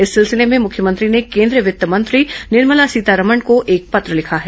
इस सिलसिले में मुख्यमंत्री ने केन्द्रीय वित्त मंत्री निर्मला सीतारमण को एक पत्र लिखा है